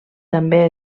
també